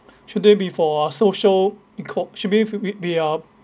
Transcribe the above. should they be for our social equal~ should they f~ ~ e be our